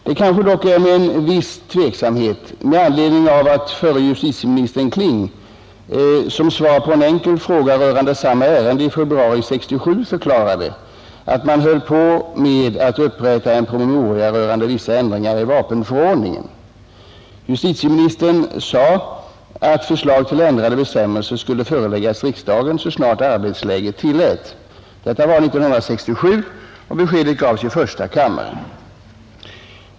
Det kanske dock sker med en viss tveksamhet med anledning av att förre justitieministern Kling som svar på en enkel fråga i samma ärende i februari 1967 förklarade att man höll på med att upprätta en promemoria rörande vissa ändringar i vapenförordningen. Justitieministern sade att förslag till ändrade bestämmelser skulle föreläggas riksdagen så snart arbetsläget tillät. Detta var 1967 och beskedet gavs i första kammaren.